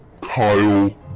Kyle